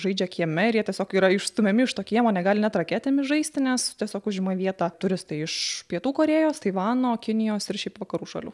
žaidžia kieme ir jie tiesiog yra išstumiami iš to kiemo negali net raketėmis žaisti nes tiesiog užima vietą turistai iš pietų korėjos taivano kinijos ir šiaip vakarų šalių